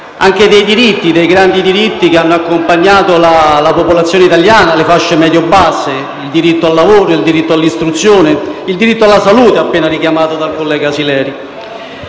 anche dei grandi diritti che hanno accompagnato la popolazione italiana, le fasce medio-basse: il diritto al lavoro, all'istruzione e il diritto alla salute appena richiamato dal collega Sileri.